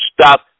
stop